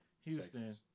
Houston